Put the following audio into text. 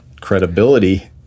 credibility